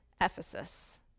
Ephesus